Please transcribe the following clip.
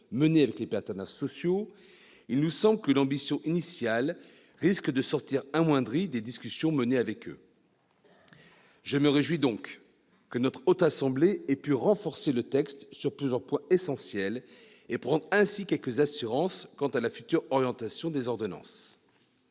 menées avec les partenaires sociaux, il nous semble que l'ambition initiale risque de sortir amoindrie des discussions menées avec eux. Je me réjouis donc que notre Haute Assemblée ait pu renforcer le texte sur plusieurs points essentiels et prendre ainsi quelques assurances quant à la future orientation des ordonnances.